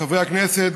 חברי הכנסת,